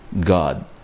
God